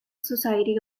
society